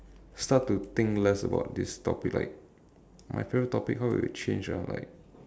start to think less about this topic like my favorite topic how will it change ah like